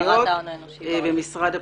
לבקרת ההון האנושי ברשויות המקומיות.